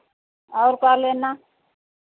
और का लेना